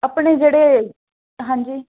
ਆਪਣੇ ਜਿਹੜੇ ਹਾਂਜੀ